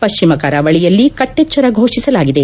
ಪ್ಲಾಮ ಕರಾವಳಿಯಲ್ಲಿ ಕಟ್ಟೆಚ್ಲರ ಫೋಷಿಸಲಾಗಿದೆ